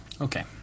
Okay